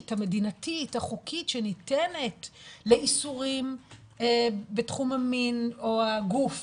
המדינתית החוקית שניתנת לאיסורים בתחום המין או הגוף,